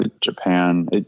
Japan